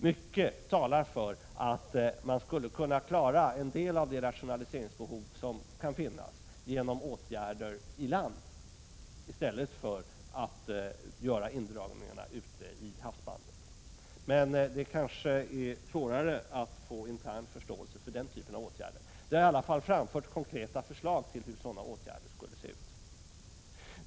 Mycket talar för att man i stället för att göra indragningar ute i havsbandet skulle genom åtgärder inne i landet kunna tillgodose en del av de rationaliseringsbehov som föreligger. Men det är kanske internt svårare att få förståelse för den typen av åtgärder. Det har i alla händelser framförts konkreta förslag till sådana åtgärder.